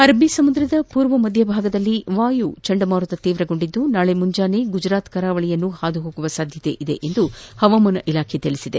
ಅರಬ್ಬಿ ಸಮುದ್ರದ ಪೂರ್ವ ಮಧ್ಯ ಭಾಗದಲ್ಲಿ ವಾಯು ಚಂಡಮಾರುತ ತೀವ್ರಗೊಂಡಿದ್ದು ನಾಳಿ ಮುಂಜಾನೆ ಗುಜರಾತ್ ಕರಾವಳಿಯನ್ನು ಹಾದುಹೋಗುವ ಸಾಧ್ಯತೆ ಇದೆ ಎಂದು ಹವಾಮಾನ ಇಲಾಖೆ ತಿಳಿಸಿದೆ